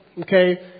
okay